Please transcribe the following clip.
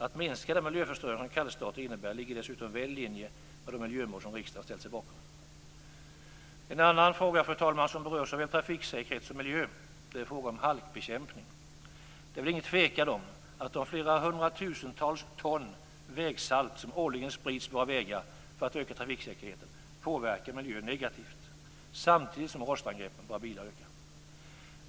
Att minska den miljöförstöring som kallstarter innebär ligger dessutom väl i linje med de miljömål som riksdagen ställt sig bakom. En annan fråga, fru talman, som berör såväl trafiksäkerhet som miljö är frågan om halkbekämpning. Det är väl ingen tvekan om att de flera hundratusentals ton vägsalt som årligen sprids på våra vägar för att öka trafiksäkerheten påverkar miljön negativt samtidigt som rostangreppen på våra bilar ökar.